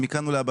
מכאן ולהבא,